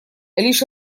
лишь